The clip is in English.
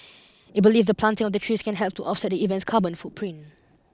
it believes the planting of the trees can help to offset the event's carbon footprint